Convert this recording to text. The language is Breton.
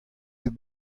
bet